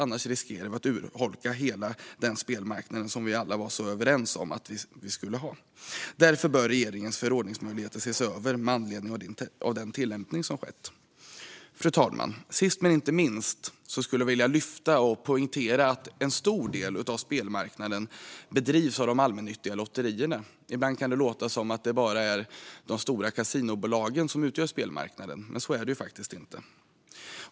Annars riskerar hela den spelmarknad som vi alla var överens om att vi skulle ha att urholkas. Därför bör regeringens förordningsmöjligheter ses över med anledning av den tillämpning som skett. Fru talman! Sist men inte minst vill jag poängtera att en stor del av spelmarknaden drivs av de allmännyttiga lotterierna. Ibland kan det låta som att det bara är de stora kasinobolagen som utgör spelmarknaden, men så är det faktiskt inte.